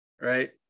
right